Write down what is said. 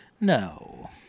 No